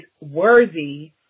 worthy